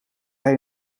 hij